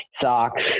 socks